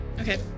Okay